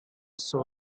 saw